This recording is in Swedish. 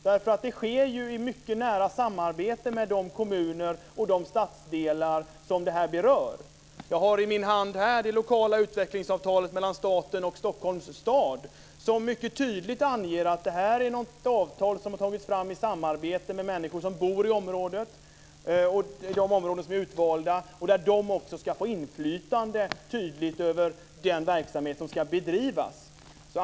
Det sker ju i mycket nära samarbete med de kommuner och de stadsdelar som berörs. Jag har i min hand det lokala utvecklingsavtalet mellan staten och Stockholms stad. Det anger mycket tydligt att det är framtaget i samarbete med de människor som bor i de områden som är utvalda och de ska också få ett tydligt inflytande över den verksamhet som ska bedrivas.